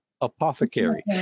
Apothecary